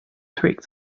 trick